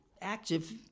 active